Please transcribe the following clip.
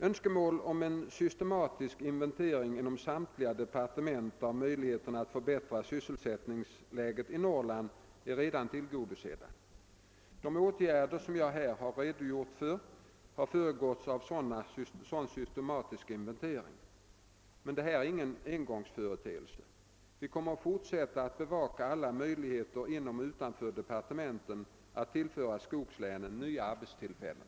Önskemålen om en systematisk inventering inom samtliga departement av möjligheterna att förbättra sysselsättningsläget i Norrland är redan tillgodosedda. De åtgärder som jag här har redogjort för har föregåtts av en sådan systematisk inventering. Detta är ingen engångsföreteelse. Vi kommer att fortsätta att bevaka alla möjligheter inom och utanför departementen att tillföra skogslänen nya arbetstillfällen.